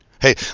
Hey